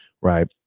right